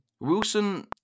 Wilson